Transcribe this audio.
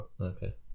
Okay